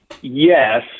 yes